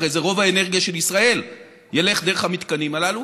הרי רוב האנרגיה של ישראל תלך דרך המתקנים הללו.